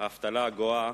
לצערי, האבטלה הגואה